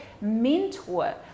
mentor